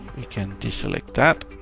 we can deselect that,